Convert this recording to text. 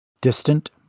distant